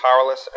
powerless